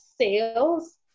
sales